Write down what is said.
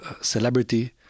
celebrity